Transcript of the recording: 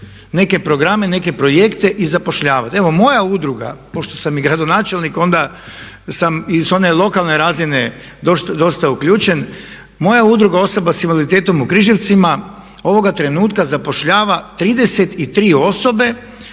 neke programe, neke projekte i zapošljavati. Evo moja udruga, pošto sam i gradonačelnik onda sam i sa one lokalne razine dosta uključen, moja Udruga osoba sa invaliditetom u Križevcima ovoga trenutka zapošljava 33 osobe